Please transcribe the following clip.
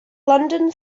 london